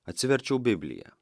atsiverčiau bibliją